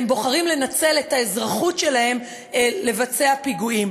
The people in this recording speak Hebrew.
והם בוחרים לנצל את האזרחות שלהם לבצע פיגועים?